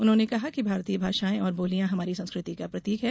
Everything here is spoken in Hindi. उन्होंने कहा कि भारतीय भाषाएं और बोलियां हमारी संस्कृति का प्रतीक है